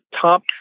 top